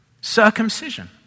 Circumcision